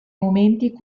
momenti